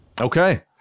Okay